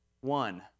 One